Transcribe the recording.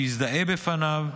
שיזדהה בפניו,